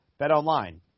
BetOnline